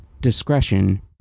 Discretion